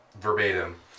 verbatim